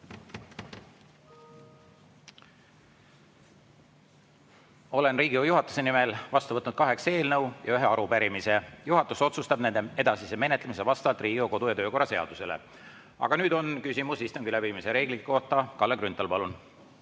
Olen Riigikogu juhatuse nimel vastu võtnud kaheksa eelnõu ja ühe arupärimise. Juhatus otsustab nende edasise menetlemise vastavalt Riigikogu kodu‑ ja töökorra seadusele. Aga nüüd on küsimus istungi läbiviimise reeglite kohta. Kalle Grünthal, palun!